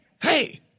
hey